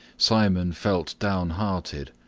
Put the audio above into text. simon felt downhearted.